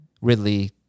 Ridley